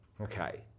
okay